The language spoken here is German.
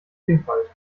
vielfalt